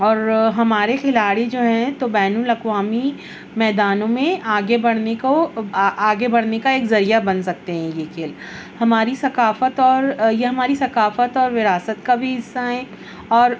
اور ہمارے کھلاڑی جو ہیں تو بین الاققوامی میدانوں میں آگے بڑھنے کو آگے بڑھنے کا ایک ذریعہ بن سکتے ہیں یہ کھیل ہماری ثقافت اور یہ ہماری ثقافت اور وراثت کا بھی حصہ ہیں اور